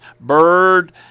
Bird